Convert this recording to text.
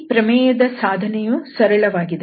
ಈ ಪ್ರಮೇಯದ ಸಾಧನೆಯು ಸರಳವಾಗಿದೆ